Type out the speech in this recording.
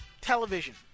television